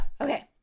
Okay